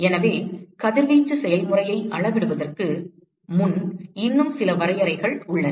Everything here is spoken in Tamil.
எனவே கதிர்வீச்சு செயல்முறையை அளவிடுவதற்கு முன் இன்னும் சில வரையறைகள் உள்ளன